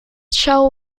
show